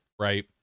right